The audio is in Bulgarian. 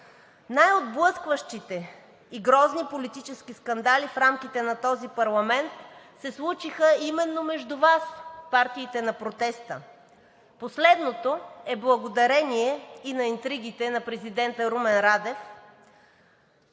Най-отблъскващите и грозни политически скандали в рамките на този парламент се случиха именно между Вас – партиите на протеста. Последното е благодарение и на интригите на президента Румен Радев,